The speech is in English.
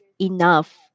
enough